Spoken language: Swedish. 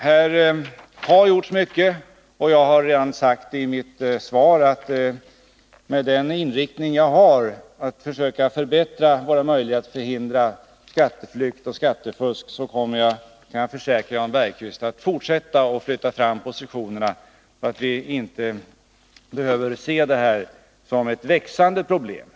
Här har alltså gjorts mycket, och jag har redan sagt i mitt svar att med den inriktning jag har när det gäller att försöka förbättra våra möjligheter att förhindra skatteflykt och skattefusk kommer jag — det kan jag försäkra Jan Bergqvist — att fortsätta att flytta fram positionerna, så att vi inte behöver se detta som ett växande problem.